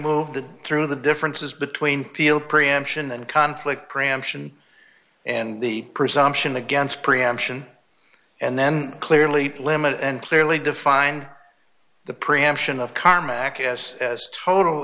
moved through the differences between field preemption and conflict preemption and the presumption against preemption and then clearly limited and clearly defined the preemption of karma ak s as total